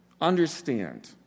Understand